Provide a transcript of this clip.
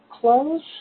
close